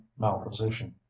malposition